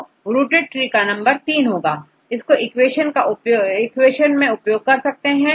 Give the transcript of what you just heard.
तो rooted tree का नंबर 3 होगा इसके इक्वेशन को उपयोग कर सकते हैं